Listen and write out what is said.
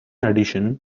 addition